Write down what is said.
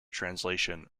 translation